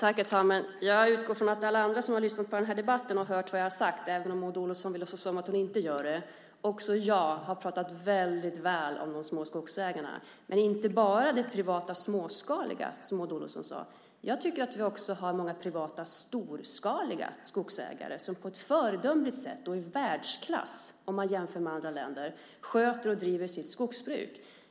Herr talman! Jag utgår ifrån att alla andra som har lyssnat på den här debatten har hört vad jag har sagt även om Maud Olofsson vill låtsas som om hon inte gör det. Också jag har pratat väldigt väl om de små skogsägarna. Men det gäller inte bara det privata småskaliga, som Maud Olofsson sade. Jag tycker att vi också har många privata storskaliga skogsägare som på ett föredömligt sätt, och i världsklass om man jämför med andra länder, sköter och driver sitt skogsbruk.